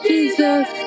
Jesus